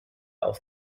auf